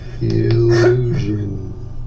Illusion